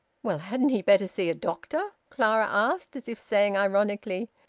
well, hadn't he better see a doctor? clara asked, as if saying ironically,